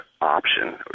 option